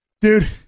dude